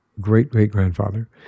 great-great-grandfather